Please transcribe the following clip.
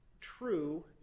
true